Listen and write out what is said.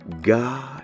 God